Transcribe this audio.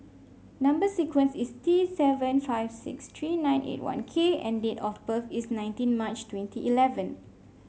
number sequence is T seven five six three nine eight one K and date of birth is nineteen March twenty eleven